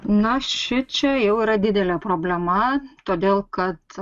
na šičia jau yra didelė problema todėl kad